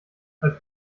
als